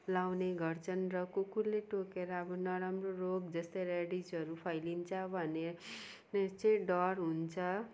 लाउने गर्छन् र कुकुरले टोकेर अब नराम्रो रोग जस्तै ऱ्याबिजहरू फैलिन्छ भने ने चाहिँ डर हुन्छ